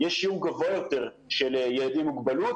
שיעור גבוה יותר של ילדים עם מוגבלות,